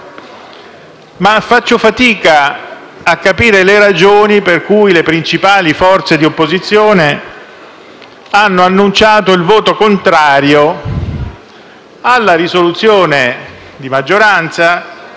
ma faccio fatica a capire le ragioni per cui le principali forze di opposizione hanno annunciato il voto contrario alla risoluzione di maggioranza